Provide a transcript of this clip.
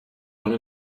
one